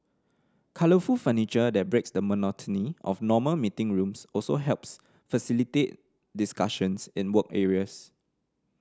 colourful furniture that breaks the monotony of normal meeting rooms also helps facilitate discussions in work areas